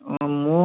ହଁ ମୁଁ